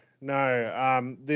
No